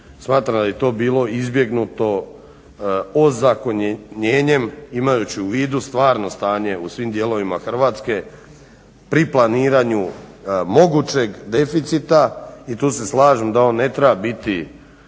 smatram da bi to bilo izbjegnuto ozakonjenjem imajući u vidu stvarno stanje u svim dijelovima Hrvatske pri planiranju mogućeg deficita i tu se slažem da on ne treba biti